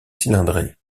cylindrée